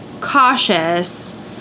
cautious